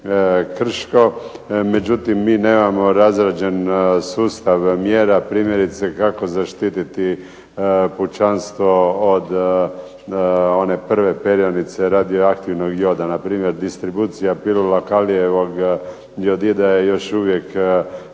Krško. Međutim, mi nemamo razrađen sustav mjera primjerice kako zaštiti pučanstvo od one prve perjanice radioaktivnog joda. Npr. distribucija pilulalkalijevog jodida je još uvijek